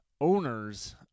owners